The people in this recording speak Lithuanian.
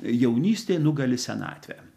jaunystė nugali senatvę